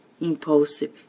impulsive